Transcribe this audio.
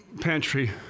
pantry